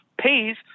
pays